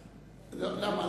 למה,